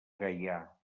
gaià